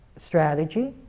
strategy